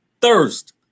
thirst